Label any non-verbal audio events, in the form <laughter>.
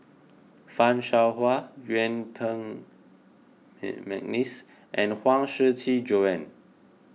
Fan Shao Hua Yuen Peng <hesitation> McNeice and Huang Shiqi Joan